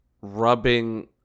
rubbing